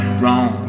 wrong